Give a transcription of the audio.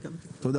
תודה.